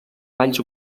valls